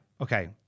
Okay